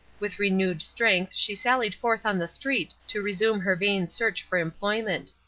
with renewed strength she sallied forth on the street to resume her vain search for employment.